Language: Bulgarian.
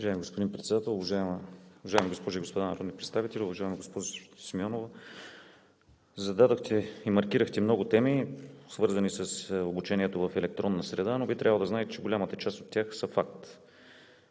Уважаеми господин Председател, уважаеми госпожи и господа народни представители! Уважаема госпожо Симеонова, зададохте и маркирахте много теми, свързани с обучението в електронна среда, но Вие би трябвало да знаете, че голямата част от тях са факт.